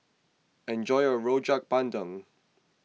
enjoy your Rojak Bandung